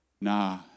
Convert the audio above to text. Nah